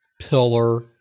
pillar